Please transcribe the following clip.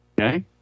okay